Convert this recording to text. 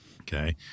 okay